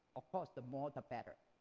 of course the more, the better,